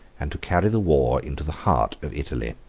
and to carry the war into the heart of italy.